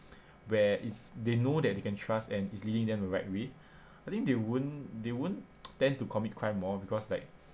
where is they know that you can trust and is leading them the right way I think they won't they won't tend to commit crime more because like